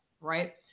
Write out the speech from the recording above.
right